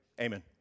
Amen